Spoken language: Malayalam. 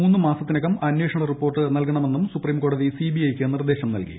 മൂന്ന് മാസത്തിനകം അന്വേഷണ റിപ്പോർട്ട് നൽകണമെന്നും സുപ്രീംകോടതി സിബിഐ യ്ക്ക് നിർദ്ദേശം നൽകി